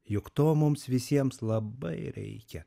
juk to mums visiems labai reikia